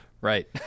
right